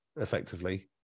effectively